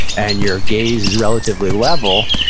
and your gaze is relatively level,